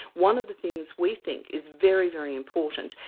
one of the things we think is very, very important,